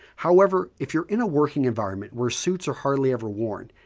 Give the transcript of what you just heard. however, if you're in a working environment where suits are hardly ever worn,